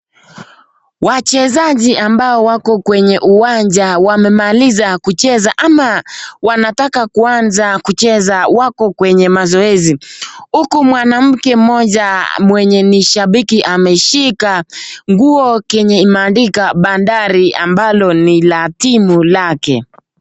Wachezaji ambao wako kwenye uwanja wamemaliza kucheza ama wanataka kuanza kucheza wako kwenye mazoezi, huku mwanamke mmoja mwenye ni shabiki ameshika nguo kenye imeandikwa bandari ambalo ni la timu lake.